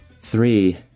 Three